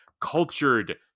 cultured